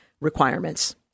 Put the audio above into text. requirements